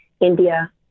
India